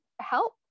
help